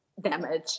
damage